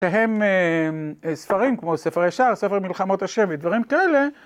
שהם ספרים כמו ספרי שר, ספר מלחמות השמית, דברים כאלה.